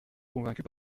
convaincue